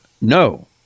no